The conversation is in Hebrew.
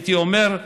הייתי אומר,